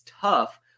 tough